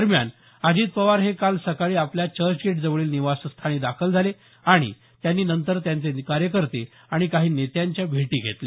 दरम्यान अजित पवार हे काल सकाळी आपल्या चर्चगेटजवळील निवासस्थानी दाखल झाले आणि त्यांनी नंतर त्यांचे कार्यकर्ते आणि काही नेत्यांच्या भेटी घेतल्या